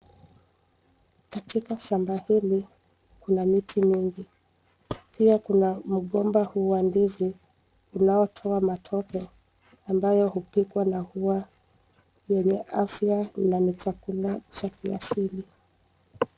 Katika shamba hili, kuna miti mingi pia kuna mgomba wa ndizi unaotoa matokeo ambayo hupikwa na huwa yenye afya na ni chakula cha kiasili.